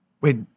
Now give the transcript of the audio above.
Wait